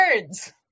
birds